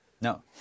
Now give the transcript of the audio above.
No